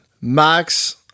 Max